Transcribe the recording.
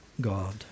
God